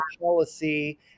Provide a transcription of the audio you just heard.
policy